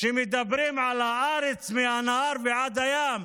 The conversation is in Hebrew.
שמדברים על הארץ מהנהר ועד הים,